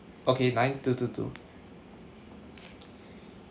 okay nine two two two